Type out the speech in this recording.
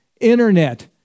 internet